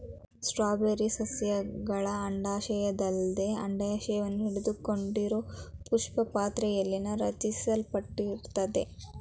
strawberry ಸಸ್ಯಗಳ ಅಂಡಾಶಯದಲ್ಲದೆ ಅಂಡಾಶವನ್ನು ಹಿಡಿದುಕೊಂಡಿರೋಪುಷ್ಪಪಾತ್ರೆಲಿ ರಚಿಸಲ್ಪಟ್ಟಿರ್ತದೆ